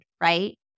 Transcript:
right